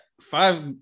five